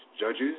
judges